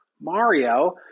Mario